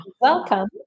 welcome